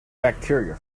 bacteria